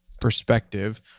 perspective